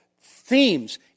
themes